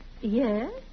Yes